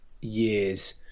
years